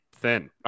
thin